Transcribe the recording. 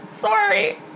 Sorry